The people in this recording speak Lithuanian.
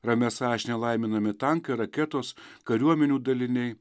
ramia sąžine laiminami tankai raketos kariuomenių daliniai